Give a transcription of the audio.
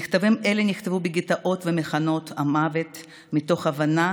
מכתבים אלה נכתבו בגטאות ובמחנות המוות מתוך הבנה